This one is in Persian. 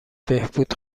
بهبود